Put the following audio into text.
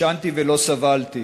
ישנתי ולא סבלתי.